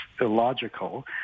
illogical